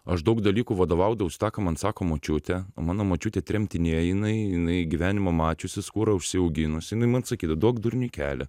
aš daug dalykų vadovaudavausi tą ką man sako močiutė o mano močiutė tremtinė jinai jinai gyvenimo mačius ji skūrą užsiauginus jinai man sakydavo duok durniui kelią